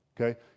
okay